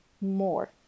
more